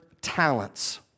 talents